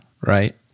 right